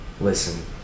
Listen